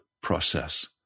process